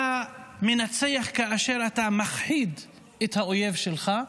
אתה מנצח כאשר אתה מכחיד את האויב שלך,